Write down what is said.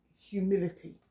humility